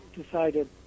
decided